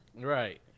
Right